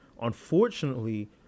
Unfortunately